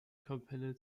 kapelle